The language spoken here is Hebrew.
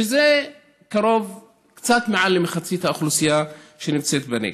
שזה קצת מעל למחצית האוכלוסייה שנמצאת בנגב.